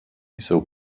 jsou